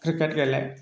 cricket गेले